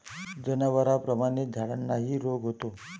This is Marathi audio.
जनावरांप्रमाणेच झाडांनाही रोग होतो